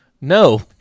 No